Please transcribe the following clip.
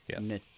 Yes